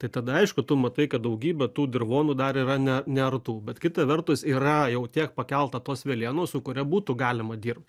tai tada aišku tu matai kad daugybė tų dirvonų dar yra ne neartų bet kita vertus yra jau tiek pakelta tos velėnos su kuria būtų galima dirbt